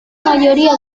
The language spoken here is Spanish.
mayoría